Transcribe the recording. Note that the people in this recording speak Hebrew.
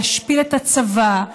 להשפיל את הצבא,